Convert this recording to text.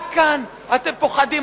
רק כאן אתם פוחדים.